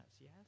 yes